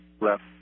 left